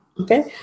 Okay